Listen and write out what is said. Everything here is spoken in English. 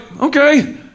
okay